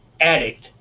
addict